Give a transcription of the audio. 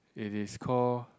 it is called